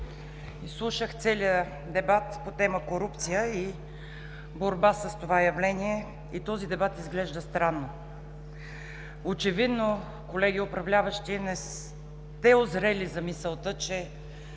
Изслушах целия дебат по тема: „Корупция и борба с това явление“ и този дебат изглежда странно. Очевидно, колеги управляващи, не сте узрели за мисълта, че